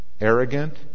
Arrogant